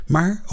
Maar